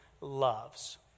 loves